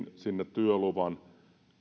työluvan